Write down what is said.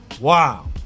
Wow